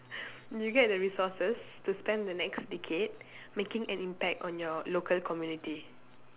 you get the resources to spend the next decade making an impact on your local community